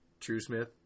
Truesmith